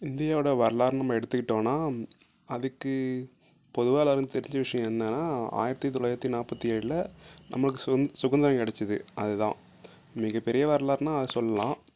இந்தியோட வரலாறுன்னு நம்ம எடுத்துகிட்டோனால் அதுக்கு பொதுவாக எல்லாேருக்கும் தெரிஞ்ச விஷயம் என்னென்னா ஆயிரத்து தொள்ளாயிரத்து நாற்பத்தி ஏழில் நம்மளுக்கு சுகந் சுதந்தரம் கிடச்சிது அது தான் மிக பெரிய வரலாறுன்னால் அதை சொல்லலாம்